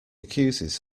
accuses